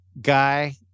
guy